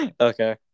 Okay